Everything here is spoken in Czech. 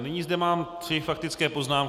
Nyní zde mám tři faktické poznámky.